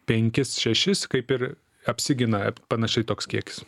penkis šešis kaip ir apsigina panašiai toks kiekis